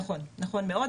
נכון, נכון מאוד.